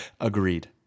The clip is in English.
Agreed